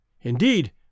Indeed